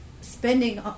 spending